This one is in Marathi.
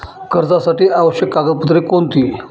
कर्जासाठी आवश्यक कागदपत्रे कोणती?